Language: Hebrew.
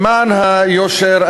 למען היושר,